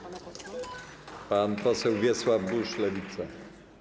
Pan poseł Wiesław Buż, Lewica.